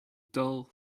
dull